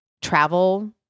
travel